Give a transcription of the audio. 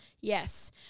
Yes